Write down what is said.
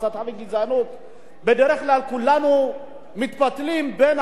בדרך כלל כולנו מתפתלים בין הגישה הזאת,